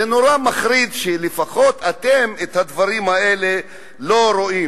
זה נורא מחריד שלפחות אתם את הדברים האלה לא רואים.